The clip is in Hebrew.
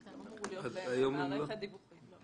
אנחנו דנים רק בהיבטים של הלבנת